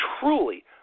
truly